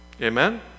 Amen